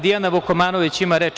Dijana Vukomanović ima reč.